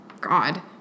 God